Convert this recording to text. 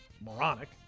moronic